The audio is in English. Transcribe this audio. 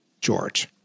George